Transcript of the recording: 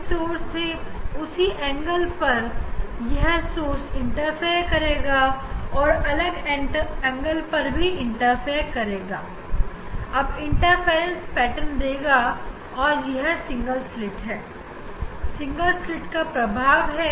इस सोर्स से उसी एंगल पर यह सोर्स इंटरफेयर करेगा और अलग एंगल पर भी इंटरफेयर करेगा और इंटरफ्रेंस पेटर्न देगा और यह सिंगल स्लिट है सिंगल स्लिट का प्रभाव है